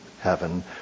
heaven